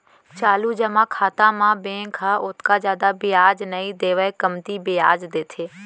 चालू जमा खाता म बेंक ह ओतका जादा बियाज नइ देवय कमती बियाज देथे